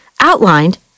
outlined